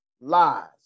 lies